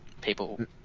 people